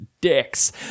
dicks